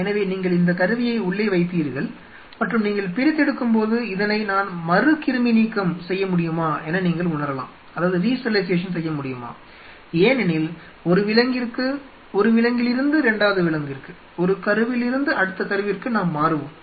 எனவே நீங்கள் இந்த கருவியை உள்ளே வைப்பீர்கள் மற்றும் நீங்கள் பிரித்தெடுக்கும்போது இதனை நான் மறு கிருமி நீக்கம் செய்யமுடியுமா என நீங்கள் உணரலாம் ஏனெனில் ஒரு விலங்கிலிருந்து இரண்டாவது விலங்குக்கு ஒரு கருவில் இருந்து அடுத்த கருவுக்கு நாம் மாறுவோம்